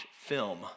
film